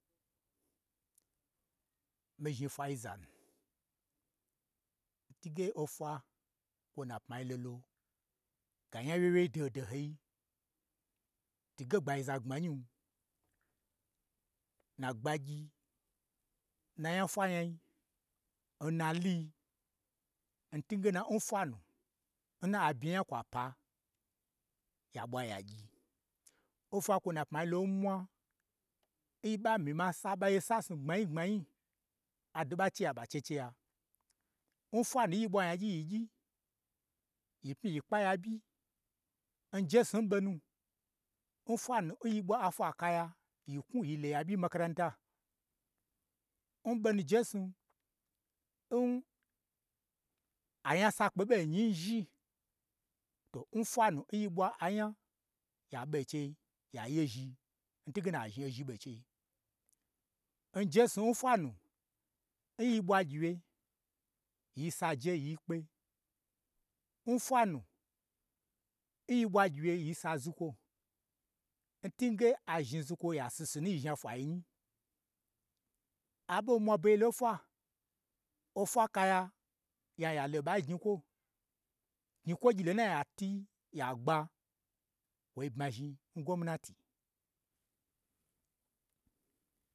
Mii zhni fwayi zanu, ntwuge ofwo kwo n napmai lolo, ga nya wyewyei doho doho yi, twuge gbagyi za gbma nyin, nna gbagyii, n na nya fwa nyayi, nna luyi, n twuge n fwa nu, n na bye nya kwapa, ya ɓwaya gyi, ofwa kwo n na pmai lolo n mwa, ni ɓa myi ma sa ɓa ye sa snu gbm anyi gbmanyi ado n ɓa la cheya ɓa cheche ya, n fwanu nyi ɓwa nyagyi yi gyi, yi pmyi yi kpaya ɓyi, njesnun ɓonu, n fwanu n yi ɓwa afwa kaya, yi knwu yilo nya ɓyii n makaranta. N ɓonu jesnu n unyasakpe ɓo nyi n zhi, to n fwa nu n yi ɓwa anya ya ɓe n cheiya yezhi n twuge na, ya zhni ozhi ɓon chei. Njesnu n fwanu, nyi ɓwa gyiwye, yisi aje yi kpe, n fwanu, nyi ɓwa gyiwye yi sa zukwo, n twuge azhni zukwo nu ya sisin yizhna fwayi nyi, aɓo mwa begye lon fwa, ofwa kaya, yan ya lo n ɓai n gnyi kwo, gnyikwo gyi lo nnai a twu yi ya gba, kwoi bmazhni ngwomnati.